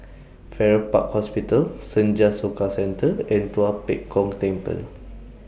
Farrer Park Hospital Senja Soka Centre and Tua Pek Kong Temple